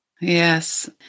Yes